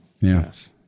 Yes